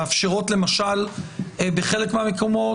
מאפשרות בחלק מהמקומות,